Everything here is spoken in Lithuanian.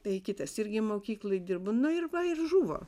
tai kitas irgi mokykloj dirbo nu ir va ir žuvo